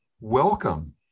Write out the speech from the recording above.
welcome